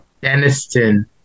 Deniston